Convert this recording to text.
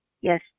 Yes